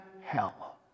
hell